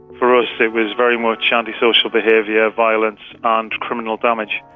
for us it was very much antisocial behaviour, violence and criminal damage.